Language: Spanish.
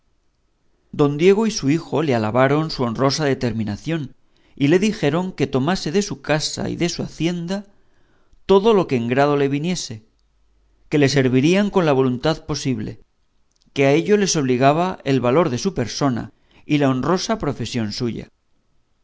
don diego y su hijo le alabaron su honrosa determinación y le dijeron que tomase de su casa y de su hacienda todo lo que en grado le viniese que le servirían con la voluntad posible que a ello les obligaba el valor de su persona y la honrosa profesión suya